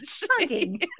Hugging